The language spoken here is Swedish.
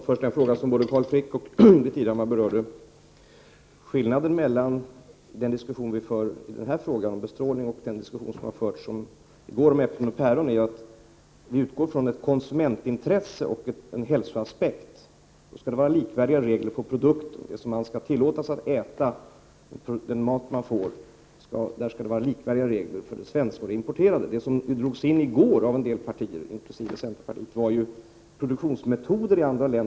Herr talman! Skillnaden mellan diskussionen om bestrålning av livsmedel och den diskussion vi förde i går om äpplen och päron är att vi här utgår från ett konsumentintresse och en hälsoaspekt. Det skall vara likvärdiga regler för produkter oavsett om de är svenska eller importerade. Flera partier, inkl. centern, tog i går upp produktionsmetoderna i andra länder.